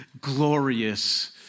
glorious